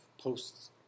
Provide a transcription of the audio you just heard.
posts